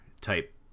type